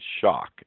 shock